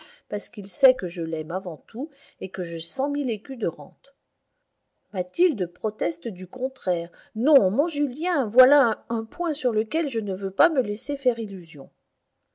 parce qu'il sait que je l'aime avant tout et que j'ai cent mille écus de rente mathilde proteste du contraire non mon julien voilà un point sur lequel je ne veux pas me laisser faire illusion